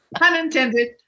unintended